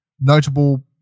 notable